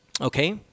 Okay